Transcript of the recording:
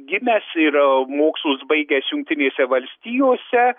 gimęs ir mokslus baigęs jungtinėse valstijose